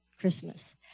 Christmas